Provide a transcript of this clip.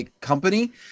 company